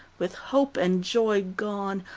with hope and joy gone,